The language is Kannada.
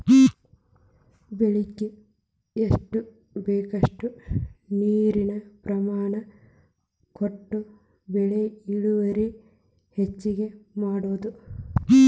ಬೆಳಿಗೆ ಎಷ್ಟ ಬೇಕಷ್ಟ ನೇರಿನ ಪ್ರಮಾಣ ಕೊಟ್ಟ ಬೆಳಿ ಇಳುವರಿ ಹೆಚ್ಚಗಿ ಮಾಡುದು